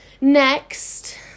next